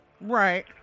right